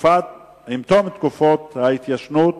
עם תום תקופות ההתיישנות